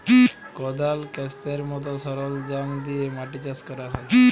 কদাল, ক্যাস্তের মত সরলজাম দিয়ে মাটি চাষ ক্যরা হ্যয়